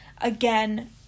again